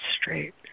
straight